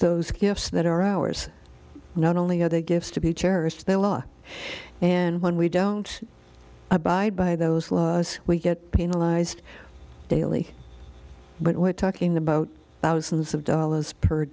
those gifts that are ours not only are they gifts to be cherished by law and when we don't abide by those laws we get penalized daily but we're talking about thousands of dollars per